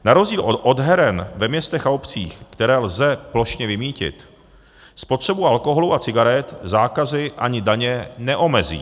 Na rozdíl od heren ve městech a obcích, které lze plošně vymýtit, spotřebu alkoholu a cigaret zákazy ani daně neomezí.